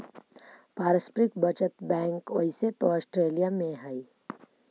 पारस्परिक बचत बैंक ओइसे तो ऑस्ट्रेलिया में हइ